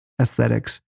aesthetics